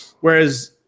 whereas